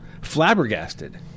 flabbergasted